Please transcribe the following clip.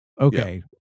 okay